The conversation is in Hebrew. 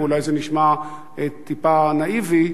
ואולי זה נשמע טיפה נאיבי,